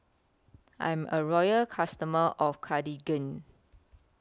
I'm A Loyal customer of Cartigain